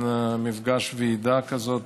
מפגש ועידה כזה,